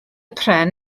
pren